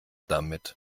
damit